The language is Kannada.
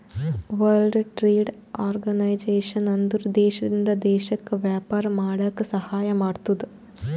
ವರ್ಲ್ಡ್ ಟ್ರೇಡ್ ಆರ್ಗನೈಜೇಷನ್ ಅಂದುರ್ ದೇಶದಿಂದ್ ದೇಶಕ್ಕ ವ್ಯಾಪಾರ ಮಾಡಾಕ ಸಹಾಯ ಮಾಡ್ತುದ್